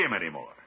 anymore